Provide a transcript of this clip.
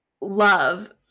love